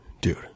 dude